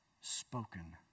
spoken